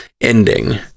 ending